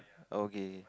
okay